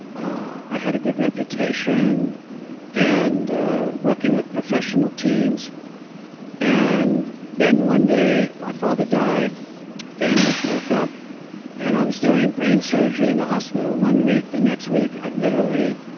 i had a good reputation and working with professional teams and then one day, my father died. our family broke up and i was doing brain surgery in the hospital one week. the next week i literally